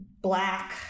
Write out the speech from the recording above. black